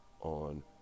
on